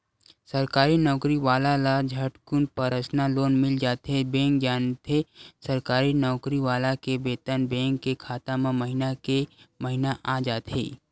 सरकारी नउकरी वाला ल झटकुन परसनल लोन मिल जाथे बेंक जानथे सरकारी नउकरी वाला के बेतन बेंक के खाता म महिना के महिना आ जाथे